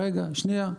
רגע, שנייה.